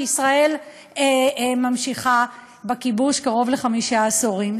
שישראל ממשיכה בכיבוש קרוב לחמישה עשורים.